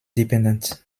dependent